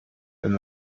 wenn